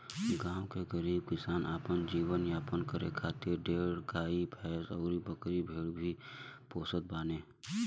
गांव के गरीब किसान अपन जीवन यापन करे खातिर ढेर गाई भैस अउरी बकरी भेड़ ही पोसत बाने